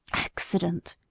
accident!